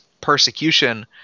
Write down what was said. persecution